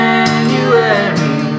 January